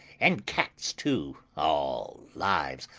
and cats too. all lives!